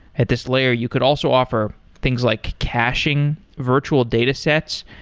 at this layer, you could also offer things like caching virtual datasets,